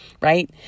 right